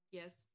yes